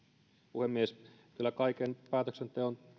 puhemies kyllä kaiken päätöksenteon